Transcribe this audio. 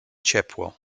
ciepło